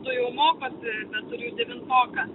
du jau mokosi bet turiu ir devintoką